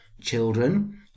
children